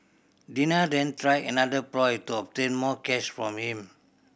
Dina then tried another ploy to obtain more cash from him